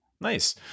Nice